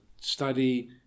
study